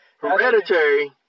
Hereditary